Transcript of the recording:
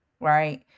right